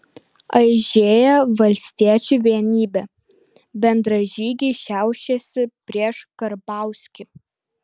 aižėja valstiečių vienybė bendražygiai šiaušiasi prieš karbauskį